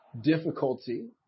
difficulty